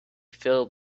filled